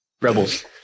Rebels